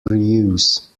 reuse